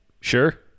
sure